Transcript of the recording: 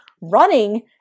running